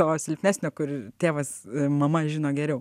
to silpnesnio kur tėvas mama žino geriau